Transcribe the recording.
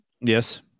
Yes